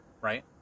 right